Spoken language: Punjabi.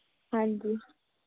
ਹਾਂਜੀ